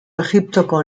egiptoko